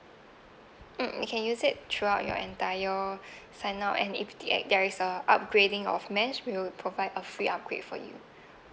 mm you can use it throughout your entire sign up and if they act~ there's a upgrading of mesh we will provide a free upgrade for you